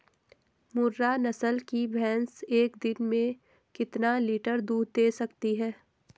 मुर्रा नस्ल की भैंस एक दिन में कितना लीटर दूध दें सकती है?